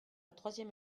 troisième